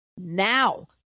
now